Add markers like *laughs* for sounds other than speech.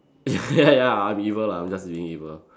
*laughs* ya ya I'm evil lah I'm just being evil